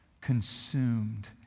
Consumed